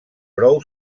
prou